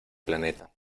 planeta